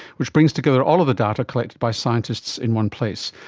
which brings together all of the data collected by scientists in one place.